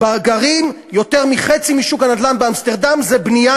יותר מחצי משוק הנדל"ן באמסטרדם זה בנייה